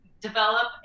develop